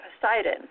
Poseidon